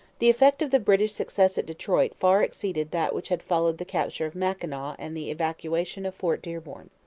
the effect of the british success at detroit far exceeded that which had followed the capture of mackinaw and the evacuation of fort dearborn.